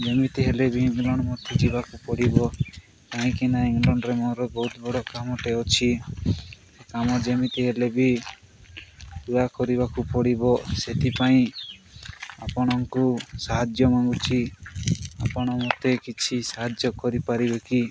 ଯେମିତି ହେଲେ ବି ଇଂଲଣ୍ଡ ମୋତେ ଯିବାକୁ ପଡ଼ିବ କାହିଁକି ନା ଇଂଲଣ୍ଡରେ ମୋର ବହୁତ ବଡ଼ କାମଟେ ଅଛି କାମ ଯେମିତି ହେଲେ ବି ପୂରା କରିବାକୁ ପଡ଼ିବ ସେଥିପାଇଁ ଆପଣଙ୍କୁ ସାହାଯ୍ୟ ମଙ୍ଗୁଚି ଆପଣ ମୋତେ କିଛି ସାହାଯ୍ୟ କରିପାରିବେ କି